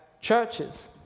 churches